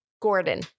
Gordon